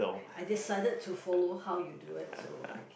I decided to follow how you do it so I